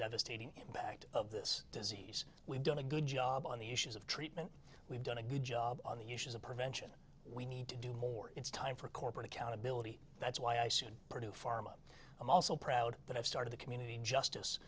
devastating impact of this disease we've done a good job on the issues of treatment we've done a good job on the issues of prevention we need to do more it's time for corporate accountability that's why i said pharma i'm also proud that i've started a community justice